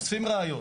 אוספים ראיות,